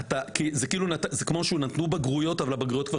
כמו שנתנו בגרויות אבל הבגרויות כבר